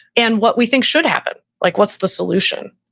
and what we think should happen, like what's the solution?